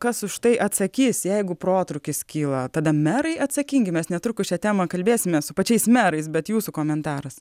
kas už tai atsakys jeigu protrūkis kyla tada merai atsakingi mes netrukus šią temą kalbėsime su pačiais merais bet jūsų komentaras